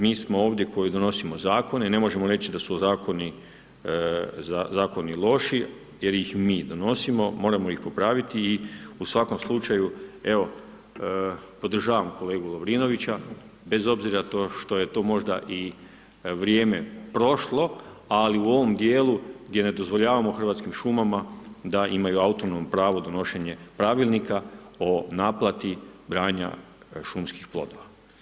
Mi smo ovdje koji donosimo zakone i ne možemo reći da su zakoni loši jer ih mi donosimo, moramo ih popraviti i u svakom slučaju evo podržavam kolegu Lovrinovića bez obzira to što je to možda i vrijeme prošlo, ali u ovom dijelu gdje ne dozvoljavamo Hrvatskim šumama da imaju autonomno pravo donošenje pravilnika o naplati branja šumskih plodova.